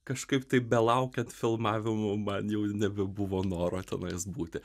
kažkaip taip belaukiant filmavimų man jau nebebuvo noro tenais būti